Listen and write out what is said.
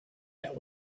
that